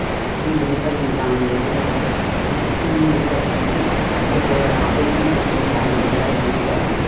ते एह् जेह्ड़े भजन गाने जेह्डे जेह्ड़े असें इ'यां जेह्ड़े बचपन तूं इ'यै कुतै राम लीलें दा सिक्खे ते जां जेल्लै ब्याहें श्याहें जाना ते